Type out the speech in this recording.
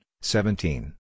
seventeen